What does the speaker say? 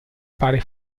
pare